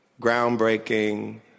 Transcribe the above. groundbreaking